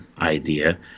idea